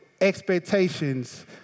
expectations